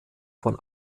von